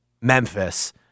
Memphis